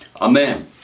Amen